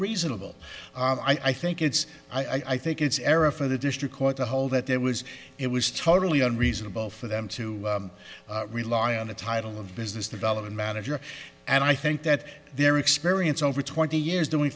reasonable i think it's i think it's era for the district court to hold that there was it was totally unreasonable for them to rely on the title of business development manager and i think that their experience over twenty years doing